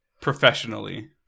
professionally